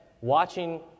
watching